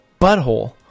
butthole